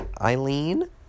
Eileen